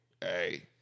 hey